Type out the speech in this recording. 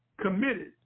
committed